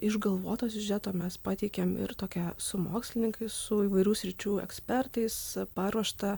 išgalvoto siužeto mes pateikiam ir tokią su mokslininkais su įvairių sričių ekspertais paruoštą